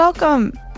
Welcome